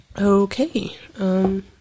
Okay